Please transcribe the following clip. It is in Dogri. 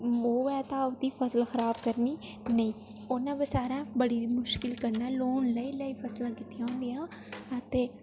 ओह् ऐ ते उं'दी फसल खराब करनी नेईं उ'न्ने बचारे बड़ी मुश्कल कन्नै लोन लेई लेई फसलां कीतियां होंदियां ते